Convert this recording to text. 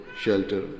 shelter